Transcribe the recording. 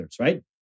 right